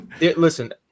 Listen